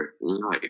life